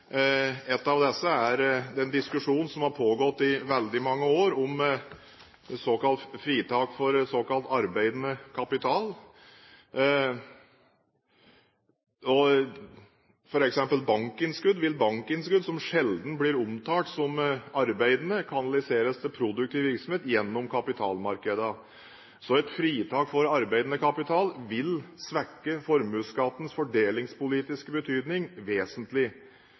av disse er den diskusjonen som har pågått i veldig mange år om fritak for såkalt arbeidende kapital. For eksempel vil bankinnskudd, som sjelden blir omtalt som arbeidende, kanaliseres til produktiv virksomhet gjennom kapitalmarkedene. Så et fritak for arbeidende kapital vil svekke formuesskattens fordelingspolitiske betydning vesentlig.